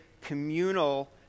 communal